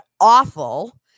awful